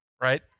right